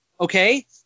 Okay